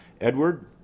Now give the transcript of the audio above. Edward